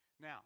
Now